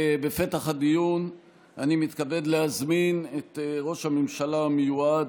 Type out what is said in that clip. בפתח הדיון אני מתכבד להזמין את ראש הממשלה המיועד,